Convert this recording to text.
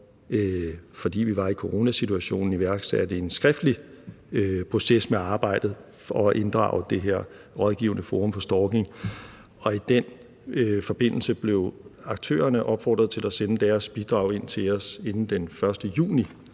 fordi vi var i coronasituationen, iværksatte en skriftlig proces med arbejdet for at inddrage det her rådgivende forum for stalking, og i den forbindelse blev aktørerne opfordret til at sende deres bidrag ind til os inden den 1. juni.